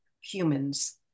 humans